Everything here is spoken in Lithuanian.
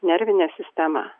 nervinę sistemą